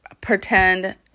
pretend